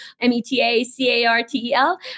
M-E-T-A-C-A-R-T-E-L